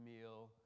meal